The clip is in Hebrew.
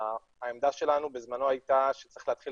והעמדה שלנו בזמנו הייתה שצריך להתחיל